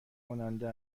کننده